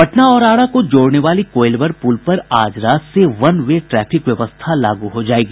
पटना और आरा को जोड़ने वाली कोईलवर पूल पर आज रात से वन वे ट्रैफिक व्यवस्था लागू हो जायेगी